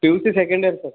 P U C second year sir